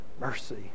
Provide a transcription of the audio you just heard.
mercy